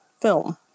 film